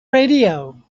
radio